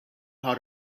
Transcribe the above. how